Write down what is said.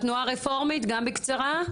התנועה הרפורמית בקצרה.